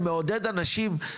אני מעודד אנשים,